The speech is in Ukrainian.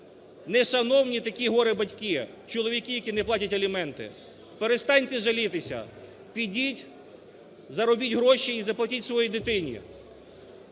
нешановні такі горе-батьки, чоловіки, які не платять аліменти, перестаньте жалітися, підіть заробіть гроші і заплатіть своїй дитині,